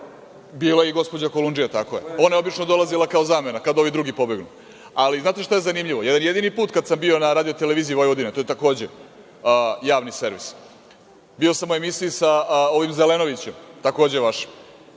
je i gospođa Kolundžija, tako je. Ona je obično dolazila kao zamena kada ovi drugi pobegnu. Da li znate šta je zanimljivo? Jedan jedini put kada sam bio na RTV, to je takođe Javni servis, bio sam u emisiji sa Zelenovićem, takođe vašim